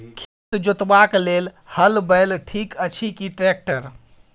खेत जोतबाक लेल हल बैल ठीक अछि की ट्रैक्टर?